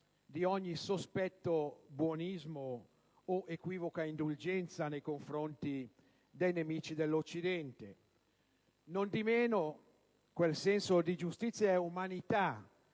di ogni sospetto buonismo o equivoca indulgenza nei confronti dei nemici dell'Occidente; nondimeno, quel senso di giustizia e umanità